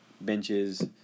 benches